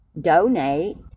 donate